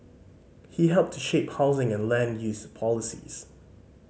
he helped to shape housing and land use policies